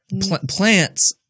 plants